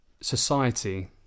Society